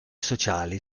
sociali